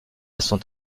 sont